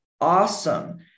awesome